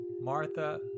Martha